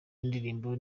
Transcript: w’indirimbo